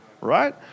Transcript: Right